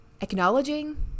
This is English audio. acknowledging